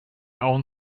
own